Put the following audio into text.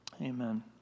Amen